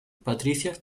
patricia